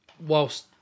whilst